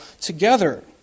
together